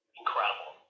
incredible